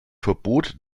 verbot